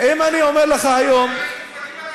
אם אני אומר לך עכשיו מעל הדוכן הזה: